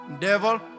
Devil